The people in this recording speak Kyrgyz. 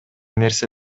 нерсе